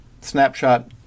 snapshot